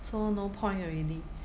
so no point already